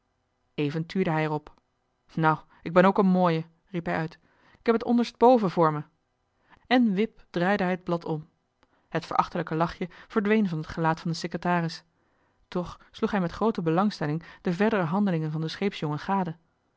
tuurde hij er op nou k ben ook een mooie riep hij uit k heb het onderst boven voor me en wip draaide hij het blad om het verachtelijke lachje verdween van het gelaat van den secretaris toch sloeg hij met groote belangstelling de verdere handelingen van den scheepsjongen